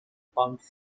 pumped